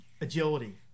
agility